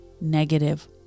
negative